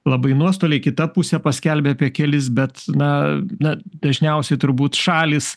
labai nuostoliai kita pusė paskelbė apie kelis bet na na dažniausiai turbūt šalys